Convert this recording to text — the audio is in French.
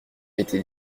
été